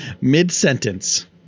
mid-sentence